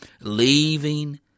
leaving